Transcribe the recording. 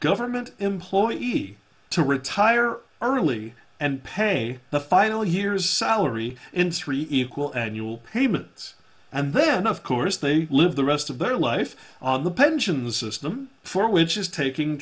government employee to retire early and pay the final years salary in three equal annual payments and then of course they live the rest of their life on the pensions system for which is taking